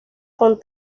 con